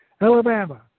Alabama